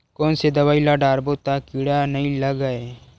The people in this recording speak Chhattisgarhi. कोन से दवाई ल डारबो त कीड़ा नहीं लगय?